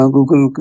Google